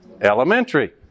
Elementary